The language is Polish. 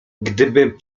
gdybym